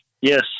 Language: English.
Yes